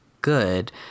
good